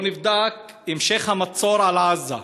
לא נבדק המשך המצור על עזה,